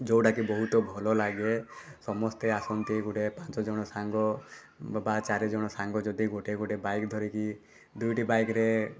ଯେଉଁଟାକି ବହୁତ ଭଲଲାଗେ ସମସ୍ତେ ଆସନ୍ତି ଗୋଟେ ପାଞ୍ଚଜଣ ସାଙ୍ଗ ବା ଚାରିଜଣ ସାଙ୍ଗ ଯଦି ଗୋଟେ ଗୋଟେ ବାଇକ୍ ଧରିକି ଦୁଇଟି ବାଇକ୍ରେ